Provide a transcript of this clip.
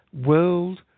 World